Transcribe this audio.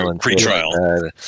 pre-trial